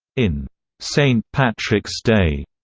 in st. patrick's day,